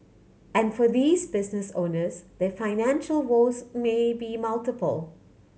and for these business owners their financial woes may be multiple